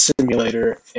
Simulator